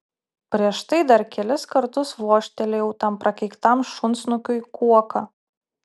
prieš tai dar kelis kartus vožtelėjau tam prakeiktam šunsnukiui kuoka